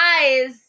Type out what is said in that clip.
guys